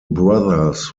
brothers